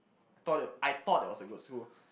I thought it I thought it was a good school